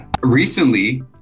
recently